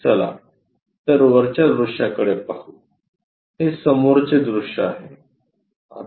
चला तर वरच्या दृश्याकडे पाहू हे समोरचे दृश्य आहे